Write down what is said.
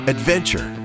Adventure